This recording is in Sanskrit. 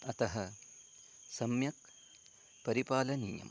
अतः सम्यक् परिपालनीयम्